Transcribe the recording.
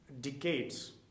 decades